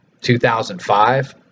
2005